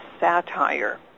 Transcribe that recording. satire